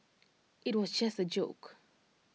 IT was just A joke